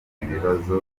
ibibazo